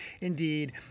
indeed